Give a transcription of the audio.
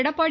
Edappadi